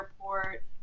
airport